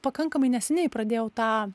pakankamai neseniai pradėjau tą